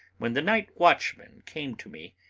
when the night-watchman came to me,